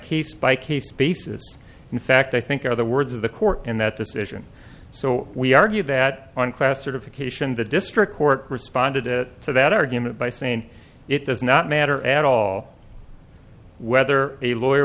case by case basis in fact i think are the words of the court in that decision so we argued that on class certification the district court responded it to that argument by saying it does not matter at all whether a lawyer